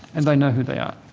and they know who they are.